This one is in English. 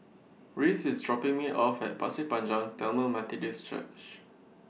Rhys IS dropping Me off At Pasir Panjang Tamil Methodist Church